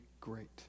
great